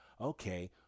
Okay